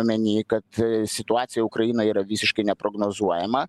omeny kad situacija ukrainoj yra visiškai neprognozuojama